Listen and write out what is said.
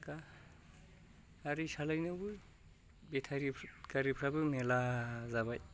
गारि सालायनायावबो बेटारि गारिफ्राबो मेरला जाबाय